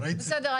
בסדר,